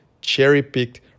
cherry-picked